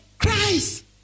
Christ